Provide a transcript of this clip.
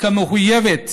וכמחויבת